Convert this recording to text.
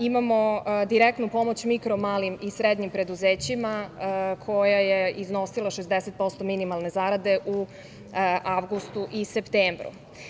Imamo direktnu pomoć mikro-malim i srednjim preduzećima koja je iznosila 60% minimalne zarade u avgustu i septembru.